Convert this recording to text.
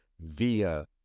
via